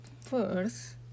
first